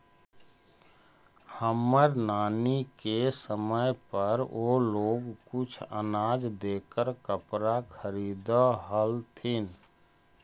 हमर नानी के समय पर वो लोग कुछ अनाज देकर कपड़ा खरीदअ हलथिन